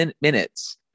Minutes